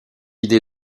idée